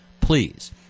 Please